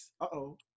uh-oh